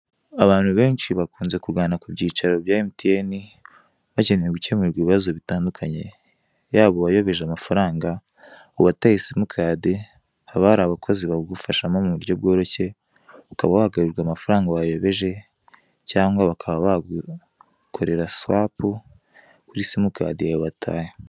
Abantu benshi bakunze kugana ku byicaro bya Emutiyeni, bakeneye gukemurirwa ibibazo bitandukanye, yaba uwayobeje amafaranga, uwataye simukadi, haba hari abakozi babigufashamo mu buryo bworoshye, ukaba wagarurirwa amafaranga wayobeje cyangwa bakaba bagukorera swapu kuri simukadi yawe wataye.